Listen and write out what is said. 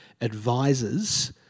advisors